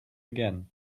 again